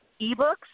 eBooks